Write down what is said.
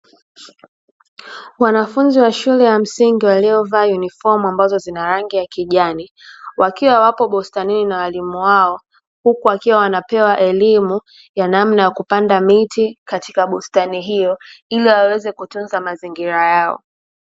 Wanafunzi wa shule ya msingi waliovaa yunifomu ambazo zina rangi ya kijani, wakiwa wapo bustanini na walimu wao huku wakiwa wanapewa elimu ya namna ya kupanda miti katika bustani hiyo ili waweze kutunza mazingira yao.